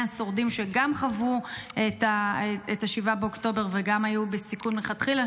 השורדים שגם חוו את 7 באוקטובר וגם היו בסיכון מלכתחילה,